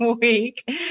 week